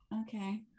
Okay